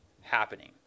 happening